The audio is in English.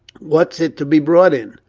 whafs it to be brought in?